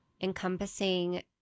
encompassing